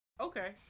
okay